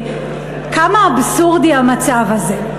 כמה אבסורדי המצב הזה.